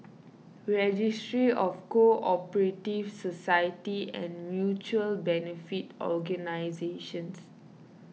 Registry of Co Operative Societies and Mutual Benefit Organisations